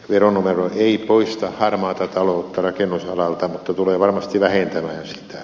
veronumero ei poista harmaata taloutta rakennusalalta mutta tulee varmasti vähentämään sitä